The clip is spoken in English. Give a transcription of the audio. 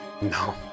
no